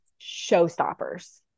showstoppers